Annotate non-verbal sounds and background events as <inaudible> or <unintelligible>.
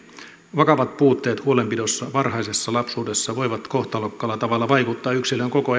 vakavat puutteet huolenpidossa varhaisessa lapsuudessa voivat kohtalokkaalla tavalla vaikuttaa yksilön koko <unintelligible>